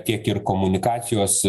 tiek ir komunikacijos